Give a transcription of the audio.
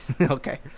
Okay